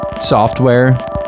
software